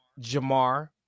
Jamar